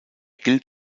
gilt